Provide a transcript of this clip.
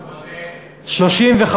אבל זה,